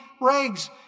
rags